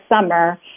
summer